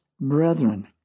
brethren